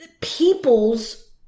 people's